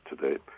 today